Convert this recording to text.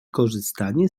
korzystanie